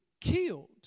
killed